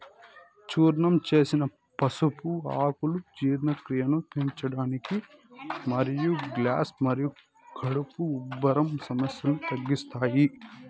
చూర్ణం చేసిన పసుపు ఆకులు జీర్ణక్రియను పెంచడానికి మరియు గ్యాస్ మరియు కడుపు ఉబ్బరం సమస్యలను తగ్గిస్తాయి